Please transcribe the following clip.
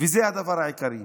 וזה הדבר העיקרי.